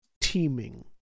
teeming